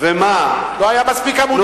לא היו מספיק עמודים בעיתונים.